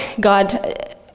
God